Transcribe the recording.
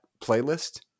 playlist